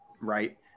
right